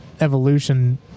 evolution